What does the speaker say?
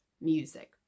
music